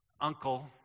uncle